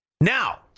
Now